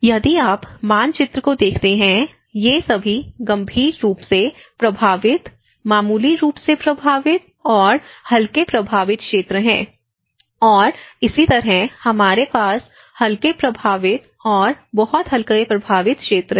यदि आप मानचित्र को देखते हैं ये सभी गंभीर रूप से प्रभावित मामूली रूप से प्रभावित और हल्के प्रभावित क्षेत्र हैं और इसी तरह हमारे पास हल्के प्रभावित और बहुत हल्के प्रभावित क्षेत्र हैं